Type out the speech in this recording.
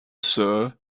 sir